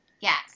Yes